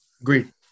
Agreed